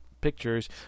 pictures